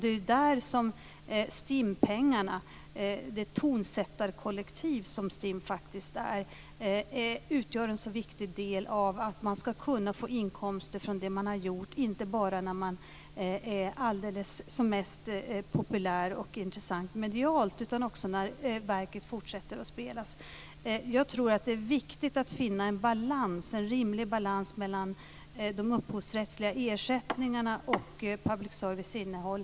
Det är STIM-pengarna - det tonsättarkollektiv som STIM faktiskt är - som utgör en så viktig del när det gäller att man ska kunna få inkomster från det man har gjort inte bara när man är alldeles som mest populär och intressant medialt utan också så länge verket fortsätter att spelas. Jag tror att det är viktigt att finna en rimlig balans mellan de upphovsrättsliga ersättningarna och public service innehåll.